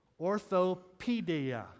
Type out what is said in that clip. orthopedia